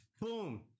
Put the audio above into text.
Boom